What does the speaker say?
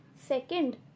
second